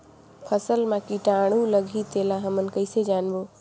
फसल मा कीटाणु लगही तेला हमन कइसे जानबो?